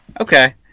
Okay